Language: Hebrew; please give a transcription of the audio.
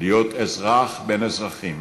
להיות אזרח בין אזרחים